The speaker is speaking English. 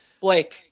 Blake